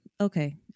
Okay